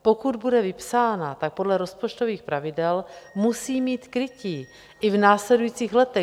Pokud bude vypsána, tak podle rozpočtových pravidel musí mít krytí i v následujících letech.